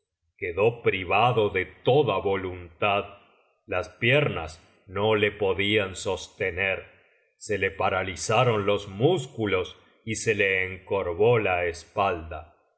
quedó privado de toda voluntad las piernas no le podían sostener se le paralizaron los músculos y se le encorvó la espalda